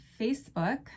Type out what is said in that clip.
Facebook